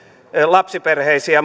lapsiperheisiin